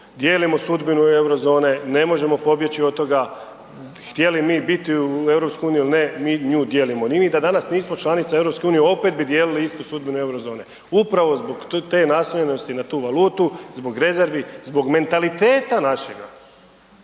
dijelimo sudbinu Eurozone, ne možemo pobjeći od toga htjeli mi biti u EU ili ne, mi nju dijelimo, ni mi da danas nismo članica EU opet bi dijelili istu sudbinu Eurozone upravo zbog te naslonjenosti na tu valutu, zbog rezervi, zbog mentaliteta našega,